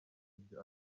ibyo